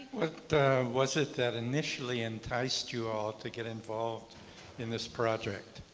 what was it that initially enticed you all to get involved in this project?